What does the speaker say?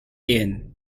ehen